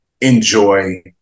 enjoy